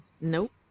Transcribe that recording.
Nope